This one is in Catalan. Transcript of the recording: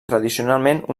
tradicionalment